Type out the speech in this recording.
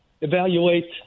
evaluate